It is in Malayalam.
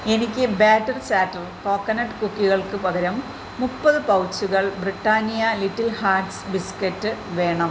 എനിക്ക് ബാറ്റർ ചാറ്റർ കോക്കനട്ട് കുക്കികൾക്ക് പകരം മുപ്പത് പൗച്ചുകൾ ബ്രിട്ടാനിയ ലിറ്റിൽ ഹാർട്ട്സ് ബിസ്ക്കറ്റ് വേണം